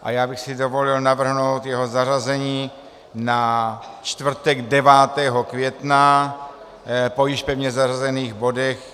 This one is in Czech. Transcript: A já bych si dovolil navrhnout jeho zařazení na čtvrtek 9. května po již pevně zařazených bodech.